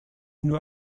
nur